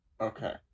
okay